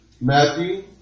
Matthew